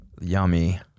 Yummy